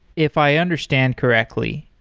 if i understand correctly,